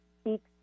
speaks